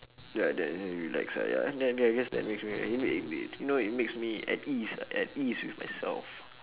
ya then it make me relax ah ya I guess that makes me you know it makes me at ease at ease with myself